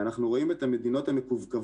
ואנחנו רואים את המדינות המקווקוות,